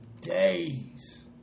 days